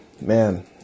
Man